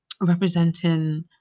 representing